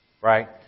right